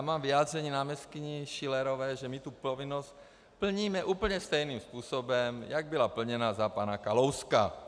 Mám vyjádření náměstkyně Schillerové, že my tu povinnost plníme úplně stejným způsobem, jak byla plněna za pana Kalouska.